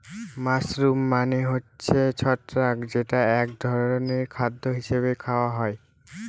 mushroom মানে হচ্ছে ছত্রাক যেটা এক ধরনের খাদ্য হিসাবে খাওয়া হয়